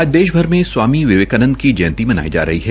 आज देश भी में स्वामी विवेकानंद की जयंती मनाई जा रही है